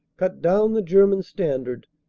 cut down the german standard,